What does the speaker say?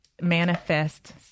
manifest